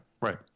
Right